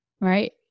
right